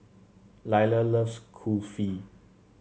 Lyla loves Kulfi